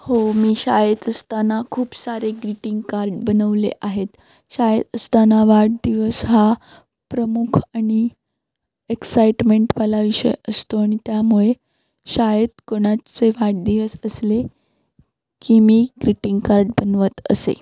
हो मी शाळेत असताना खूप सारे ग्रीटिंग कार्ड बनवले आहेत शाळेत असताना वाढदिवस हा प्रमुख आणि एक्साइटमेंटवाला विषय असतो आणि त्यामुळे शाळेत कोणाचे वाढदिवस असले की मी ग्रिटिंग कार्ड बनवत असे